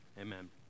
Amen